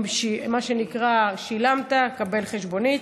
אם שילמת, קבל חשבונית.